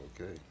Okay